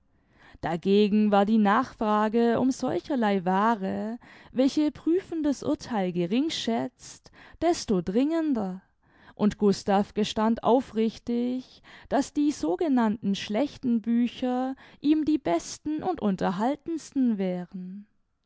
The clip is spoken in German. dagegen war die nachfrage um solcherlei waare welche prüfendes urtheil gering schätzt desto dringender und gustav gestand aufrichtig daß die sogenannten schlechten bücher ihm die besten und unterhaltendsten wären